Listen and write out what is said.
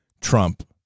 Trump